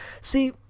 See